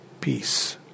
peace